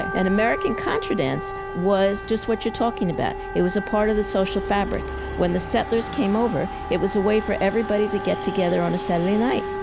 and american contra dance was just what you're talking about. it was a part of the social fabric. when the settlers came over, it was a way for everybody to get together on a saturday night.